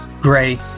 gray